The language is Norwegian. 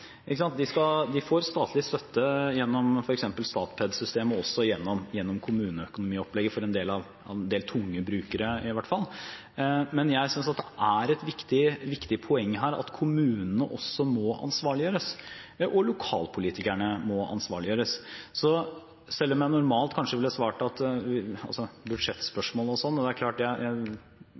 De får statlig støtte gjennom f.eks. Statped-systemet og også gjennom kommuneøkonomiopplegget – for en del tunge brukere, i hvert fall. Men jeg synes at det er et viktig poeng her at kommunene også må ansvarliggjøres, og at lokalpolitikerne må ansvarliggjøres. Så selv om jeg normalt kanskje ville svart at i budsjettspørsmål og sånt kan man alltid tenke om igjen om ting man mener, vet jeg